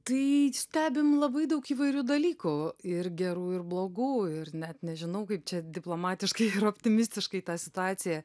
tai stebim labai daug įvairių dalykų ir gerų ir blogų ir net nežinau kaip čia diplomatiškai ir optimistiškai tą situaciją